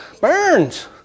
Burns